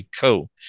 cool